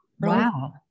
wow